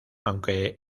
aunque